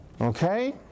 okay